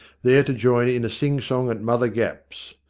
there to join in a sing-song at mother gapp's.